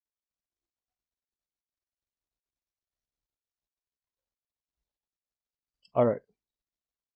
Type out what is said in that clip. alright